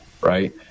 Right